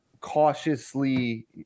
cautiously